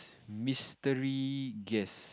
mystery guest